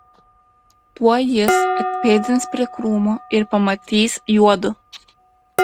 tuoj jis atpėdins prie krūmo ir pamatys juodu